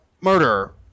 murderer